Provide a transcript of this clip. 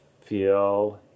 feel